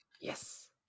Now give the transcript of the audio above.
Yes